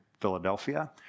Philadelphia